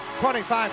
25